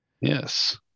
Yes